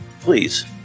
please